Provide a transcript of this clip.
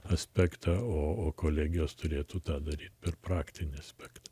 aspektą o kolegijos turėtų tą daryti per praktinį aspektą